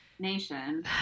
nation